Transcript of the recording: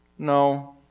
No